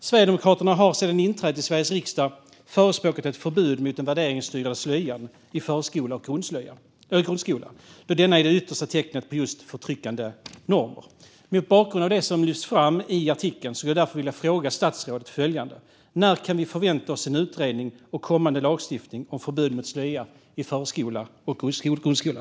Sverigedemokraterna har sedan inträdet i Sveriges riksdag förespråkat ett förbud mot den värderingsstyrda slöjan i förskola och grundskola, då denna är det yttersta tecknet på just förtryckande normer. Mot bakgrund av det som lyfts fram i artikeln skulle jag därför vilja fråga statsrådet följande: När kan vi förvänta oss en utredning och kommande lagstiftning om förbud mot slöja i förskola och grundskola?